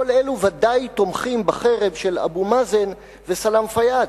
כל אלה בוודאי תומכים בחרם של אבו מאזן וסלאם פיאד,